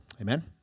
Amen